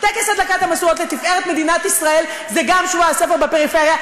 טקס הדלקת המשואות לתפארת מדינת ישראל זה גם שבוע הספר בפריפריה,